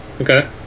Okay